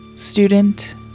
Student